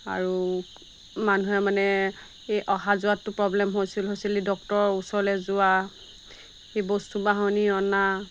আৰু মানুহে মানে এই অহা যোৱাতটো প্ৰব্লেম হৈছিল হৈছিল ডক্তৰৰ ওচৰলৈ যোৱা সেই বস্তু বাহিনী অনা